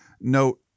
note